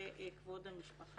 שאלתי אותו: דוד, למה אתה מתכוון?